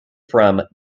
from